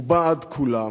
הוא בעד כולם,